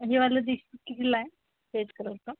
हे वालं दिश कितीला आहे फेस कलरचं